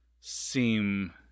seem